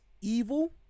evil